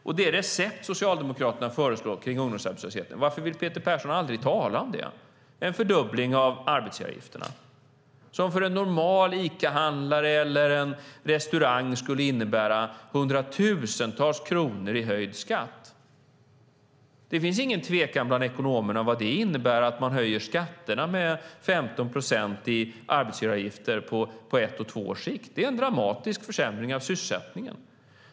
Och det recept Socialdemokraterna förespråkar kring ungdomsarbetslösheten, varför vill Peter Persson aldrig tala om det? Det är en fördubbling av arbetsgivaravgifterna, som för en normal Icahandlare eller en restaurang skulle innebära hundratusentals kronor i höjd skatt. Det finns ingen tvekan bland ekonomerna om vad det innebär att man höjer skatterna med 15 procent i arbetsgivaravgifter på ett och två års sikt. Det är en dramatisk försämring av sysselsättningen.